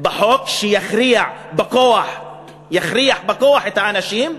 בחוק שיכריע בכוח את האנשים,